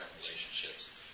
relationships